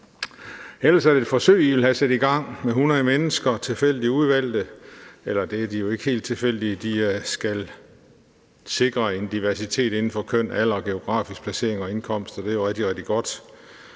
Ellers er det et forsøg, I vil have sat i gang, med 100 mennesker tilfældigt udvalgt – eller det er jo ikke helt tilfældigt, for der skal sikres en diversitet inden for køn, alder og geografisk placering og indkomst, og det er jo rigtig, rigtig godt